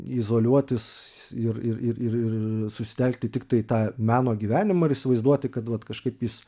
izoliuotis ir ir ir ir ir ir susitelkti tik tai tą meno gyvenimą ir įsivaizduoti kad vat kažkaip jis